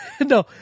No